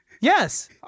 Yes